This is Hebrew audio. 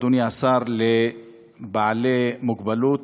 אדוני השר, לאנשים עם מוגבלות.